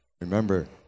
Remember